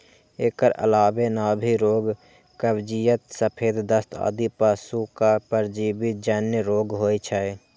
एकर अलावे नाभि रोग, कब्जियत, सफेद दस्त आदि पशुक परजीवी जन्य रोग होइ छै